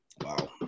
Wow